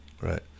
Right